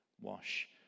wash